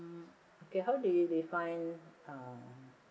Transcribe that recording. mm how do you define uh